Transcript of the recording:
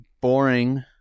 Boring